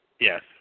Yes